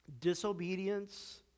disobedience